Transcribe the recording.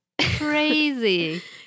crazy